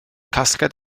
casgliad